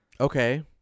Okay